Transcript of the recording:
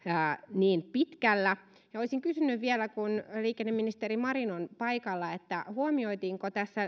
niin pitkällä olisin kysynyt vielä kun liikenneministeri marin on paikalla huomioitiinko